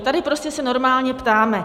Tady prostě se normálně ptáme.